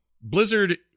Blizzard